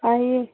अरे